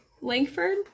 Langford